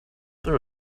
there